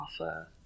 offer